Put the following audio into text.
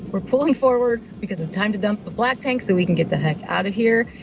we're pulling forward because it's time to dump the black tank so we can get the heck out of here.